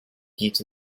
geht